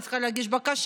אני צריכה להגיש בקשה.